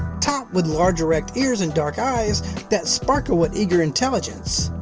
top with large, erect ears and dark eyes that sparkle with eager intelligence.